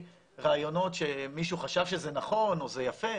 רעיונות שמישהו חשב שזה נכון או זה יפה,